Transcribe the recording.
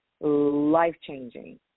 life-changing